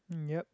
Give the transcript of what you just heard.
yup